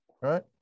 right